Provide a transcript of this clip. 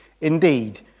Indeed